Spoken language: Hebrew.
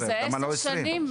למה לא 20 שנים?